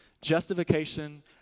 Justification